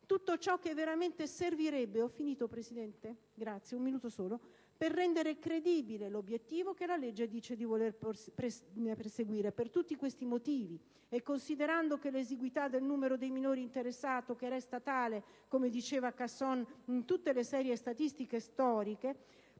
tutto ciò che servirebbe veramente per rendere credibile l'obiettivo che la legge dice di voler perseguire. Per tutti questi motivi, e considerando che l'esiguità del numero dei minori interessati, che resta tale - come affermato dal senatore Casson - in tutte le serie statistiche storiche,